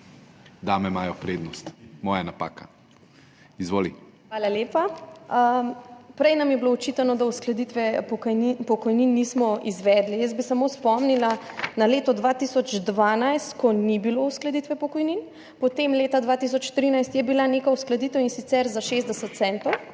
(PS Svoboda):** Hvala lepa. Prej nam je bilo očitano, da uskladitve pokojnin nismo izvedli. Jaz bi samo spomnila na leto 2012, ko ni bilo uskladitve pokojnin, potem leta 2013 je bila neka uskladitev, in sicer za 60 centov,